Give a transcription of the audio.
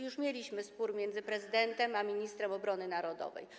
Już mieliśmy spór między prezydentem a ministrem obrony narodowej.